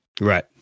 Right